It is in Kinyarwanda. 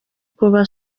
kuba